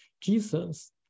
Jesus